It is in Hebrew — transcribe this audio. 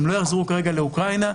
הם לא יחזרו כרגע לאוקראינה,